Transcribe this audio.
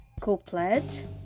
couplet